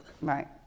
right